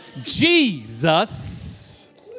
Jesus